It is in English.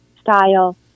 style